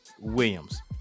Williams